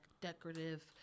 decorative